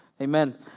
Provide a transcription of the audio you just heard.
Amen